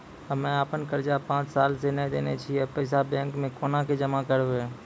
हम्मे आपन कर्जा पांच साल से न देने छी अब पैसा बैंक मे कोना के जमा करबै?